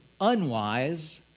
unwise